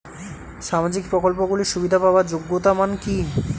সামাজিক প্রকল্পগুলি সুবিধা পাওয়ার যোগ্যতা মান কি?